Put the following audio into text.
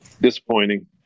Disappointing